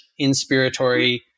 inspiratory